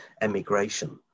emigration